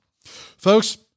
folks